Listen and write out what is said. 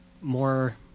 more